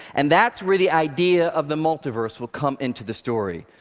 and that's where the idea of the multiverse will come into the story.